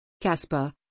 Casper